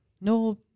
No